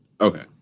Okay